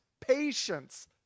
patience